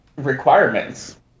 Requirements